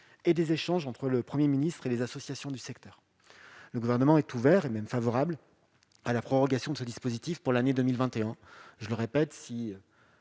et des échanges entre le Premier ministre et les associations du secteur, le Gouvernement est ouvert, et même favorable à la prorogation de ce dispositif pour l'année 2021. Encore